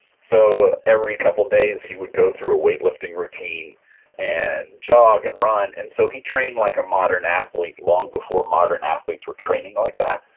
so every couple days, he would go through a weightlifting routine and jog and run. and so he trained like a modern athlete long before modern athletes were training like that.